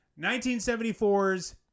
1974's